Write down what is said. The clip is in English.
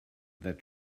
that